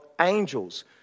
angels